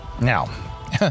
now